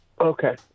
okay